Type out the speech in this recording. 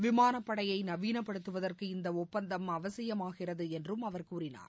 விமானப் படையை நவீனப்படுத்துவதற்கு இந்த ஒப்பந்தம் அவசியமாகிறது என்றும் அவர் கூறினார்